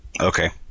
Okay